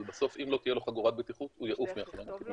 אבל בסוף אם לא תהיה לו חגורת בטיחות הוא יעוף מהחלון הקדמי.